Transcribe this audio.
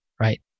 right